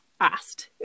asked